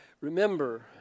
remember